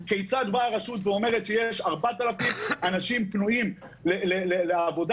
כיצד באה הרשות ואומרת שיש 4,000 אנשים פנויים לעבודה